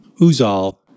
Uzal